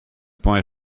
point